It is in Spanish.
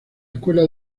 escuela